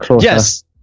Yes